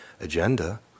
agenda